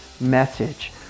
message